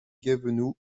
guévenoux